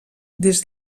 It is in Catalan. des